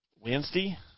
Wednesday